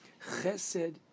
chesed